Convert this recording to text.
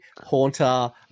haunter